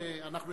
ואנחנו,